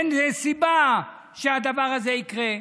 אין סיבה שהדבר הזה יקרה.